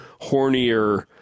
hornier